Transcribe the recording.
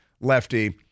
lefty